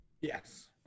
yes